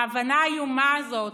ההבנה האיומה הזאת,